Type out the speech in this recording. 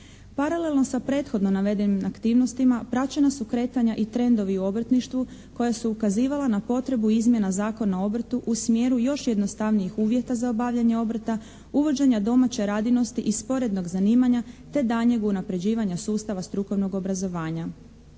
Paralelno sa prethodno navedenim aktivnostima praćena su kretanja i trendovi u obrtništvu koja su ukazivala na potrebu izmjena Zakona o obrtu u smjeru još jednostavnijih uvjeta za obavljanje obrta, uvođenja domaće radinosti i sporednog zanimanja te daljnjeg unapređivanja sustava strukovnog obrazovanja.